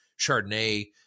Chardonnay